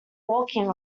walking